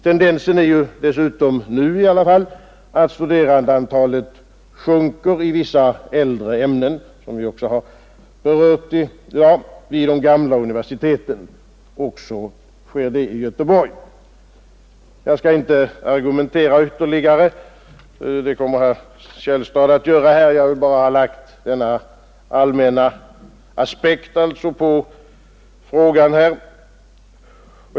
Tendensen är dessutom i alla fall nu att studerandeantalet sjunker i vissa äldre ämnen — vilket också har berörts i dag — vid de gamla universiteten, och detta sker också i Göteborg. Jag skall inte argumentera ytterligare, det kommer herr Källstad att göra, jag ville bara lägga denna allmänna aspekt på frågan.